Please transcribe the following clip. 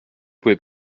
pouvez